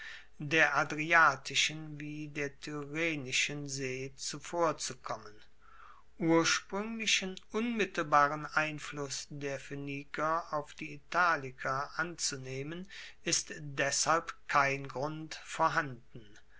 der adriatischen wie der tyrrhenischen see zuvorzukommen urspruenglichen unmittelbaren einfluss der phoeniker auf die italiker anzunehmen ist deshalb kein grund vorhanden